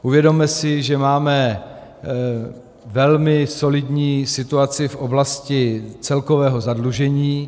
Uvědomme si, že máme velmi solidní situaci v oblasti celkového zadlužení.